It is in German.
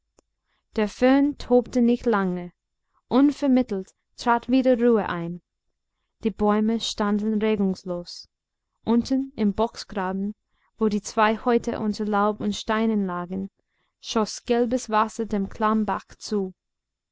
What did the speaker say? der föhn tobte nicht lange unvermittelt trat wieder ruhe ein die bäume standen regungslos unten im bocksgraben wo die zwei häute unter laub und steinen lagen schoß gelbes wasser dem klammbach zu